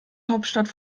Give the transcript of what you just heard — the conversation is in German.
hauptstadt